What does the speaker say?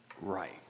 right